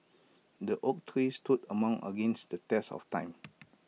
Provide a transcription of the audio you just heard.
the oak tree stood among against the test of time